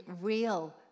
real